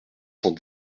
cent